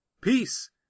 Peace